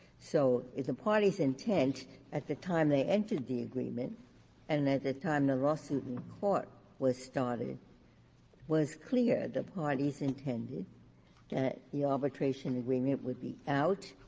so if the parties' intent at the time they entered the agreement and and at the time the lawsuit in court was started was clear, the parties intended that the arbitration agreement would be out